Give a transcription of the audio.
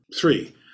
three